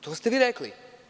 To ste vi rekli.